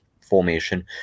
formation